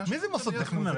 מי זה מוסדות התכנון?